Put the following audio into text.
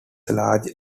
large